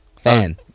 Fan